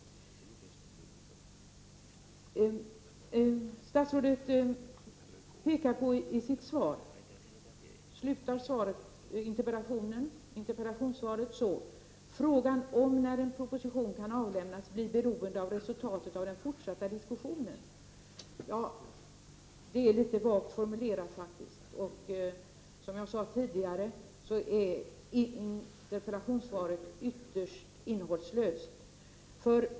Statsrådet avslutar sitt interpellationssvar med att säga: ”Frågan om när proposition kan avlämnas blir beroende av resultatet av den fortsatta diskussionen.” Det är faktiskt litet vagt formulerat. Som jag tidigare sade är interpellationssvaret ytterst innehållslöst.